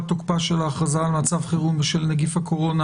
תוקפה של ההכרזה על מצב חירום בשל נגיף הקורונה